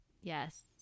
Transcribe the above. Yes